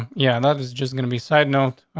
yeah, that is just gonna be side note.